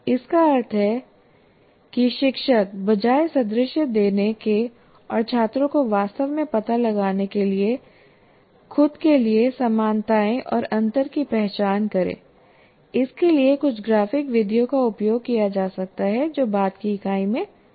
इसका अर्थ यह है कि शिक्षक बजाय सादृश्य देने केऔर छात्रों को वास्तव में पता लगाने के लिए खुद के लिए समानताएं और अंतर की पहचान करें इसके लिए कुछ ग्राफिक विधियों का उपयोग किया जा सकता है जो बाद की इकाई में देखेंगे